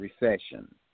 recession